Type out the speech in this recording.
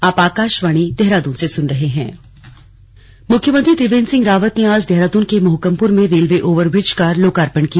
ROB लोकार्पण मुख्यमंत्री त्रिवेन्द्र सिंह रावत ने आज देहरादून के मोहकमपुर में रेलवे ओवरब्रिज का लोकार्पण किया